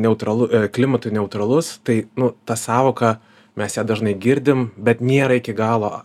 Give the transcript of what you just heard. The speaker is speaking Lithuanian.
neutralu klimatui neutralus tai nu ta sąvoka mes ją dažnai girdim bet nėra iki galo